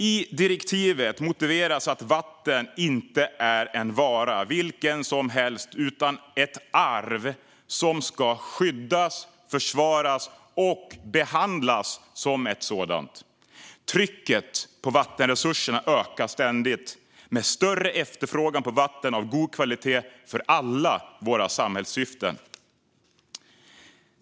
I direktivet motiveras att vatten inte är en vara vilken som helst utan ett arv som ska skyddas, försvaras och behandlas som ett sådant. Trycket på vattenresurserna ökar ständigt, med större efterfrågan på vatten av god kvalitet för alla våra samhällssyften.